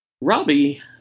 Robbie